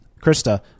Krista